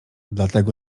dlatego